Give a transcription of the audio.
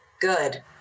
Good